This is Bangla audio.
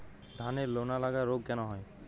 ধানের লোনা লাগা রোগ কেন হয়?